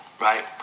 right